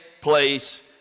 place